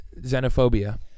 xenophobia